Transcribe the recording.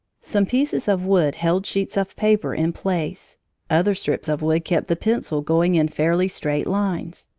some pieces of wood held sheets of paper in place other strips of wood kept the pencil going in fairly straight lines.